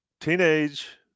teenage